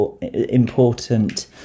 important